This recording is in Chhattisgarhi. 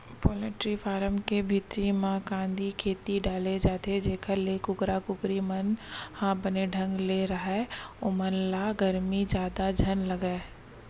पोल्टी फारम के भीतरी म कांदी, रेती डाले जाथे जेखर ले कुकरा कुकरी मन ह बने ढंग ले राहय ओमन ल गरमी जादा झन लगय